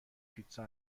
پیتزا